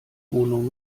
wohnung